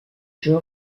jeu